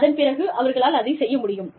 அதன் பிறகு அவர்களால் அதைச் செய்ய முடியும்